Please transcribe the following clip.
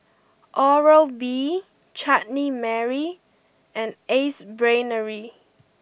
Oral B Chutney Mary and Ace Brainery